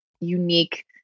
unique